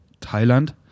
Thailand